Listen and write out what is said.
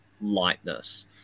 lightness